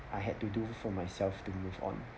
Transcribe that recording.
I had to do for myself to move on